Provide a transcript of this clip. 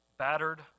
battered